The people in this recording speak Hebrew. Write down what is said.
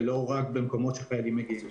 ולא רק במקומות שחיילים מגיעים אליהם.